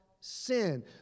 sin